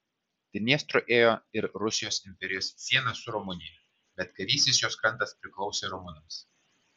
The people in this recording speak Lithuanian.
dniestru ėjo ir rusijos imperijos siena su rumunija bet kairysis jos krantas priklausė rumunams